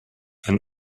ein